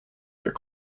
their